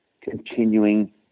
continuing